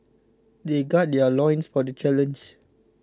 they gird their loins for the challenge